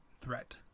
threat